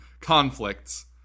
conflicts